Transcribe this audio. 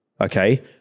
Okay